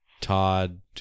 Todd